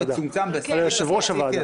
על יושב-ראש הוועדה.